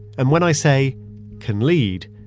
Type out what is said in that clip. and when i say can lead,